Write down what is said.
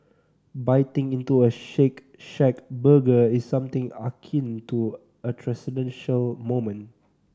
biting into a Shake Shack burger is something akin to a transcendental moment